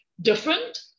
different